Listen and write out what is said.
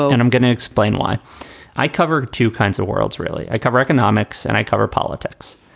and i'm going to explain why i cover two kinds of worlds, really. i cover economics and i cover politics.